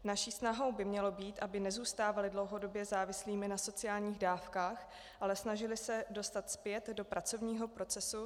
Naší snahou by mělo být, aby nezůstávali dlouhodobě závislými na sociálních dávkách, ale snažili se dostat zpět do pracovního procesu.